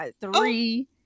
three